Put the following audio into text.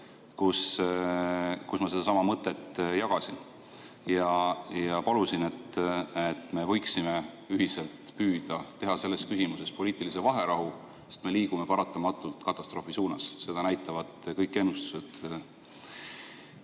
kus ma sedasama mõtet jagasin ja palusin, et me võiksime ühiselt püüda teha selles küsimuses poliitilise vaherahu. Me liigume paratamatult katastroofi suunas, seda näitavad kõik ennustused.